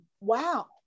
Wow